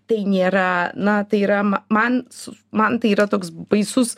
tai nėra na tai yra ma man su man tai yra toks baisus